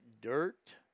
Dirt